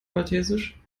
maltesisch